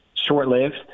Short-lived